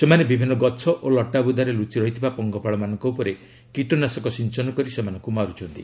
ସେମାନେ ବିଭିନ୍ନ ଗଛ ଓ ଲଟାବୁଦାରେ ଲୁଚି ରହିଥିବା ପଙ୍ଗପାଳମାନଙ୍କ ଉପରେ କୀଟନାଶକ ସିଞ୍ଚନ କରି ସେମାନଙ୍କୁ ମାରୁଛନ୍ତି